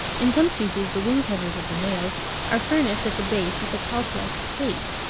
in some species the wing-covers of the males are furnished at the base with a talc-like plate.